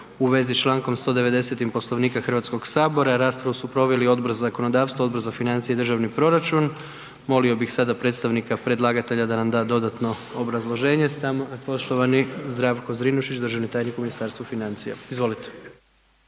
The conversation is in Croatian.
u vezi s člankom 190. Poslovnika Hrvatskog sabora. Raspravu su proveli Odbor za zakonodavstvo, Odbor za financije i državni proračun. Molio bih sada predstavnika predlagatelja da nam da dodatno obrazloženje. S nama je poštovani Zdravko Zrinušić državni tajnik u Ministarstvu financija. Izvolite.